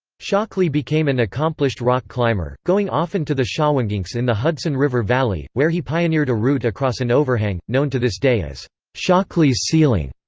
shockley became an accomplished rock climber, going often to the shawangunks in the hudson river valley, where he pioneered a route across an overhang, known to this day as shockley's ceiling.